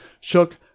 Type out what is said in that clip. Shook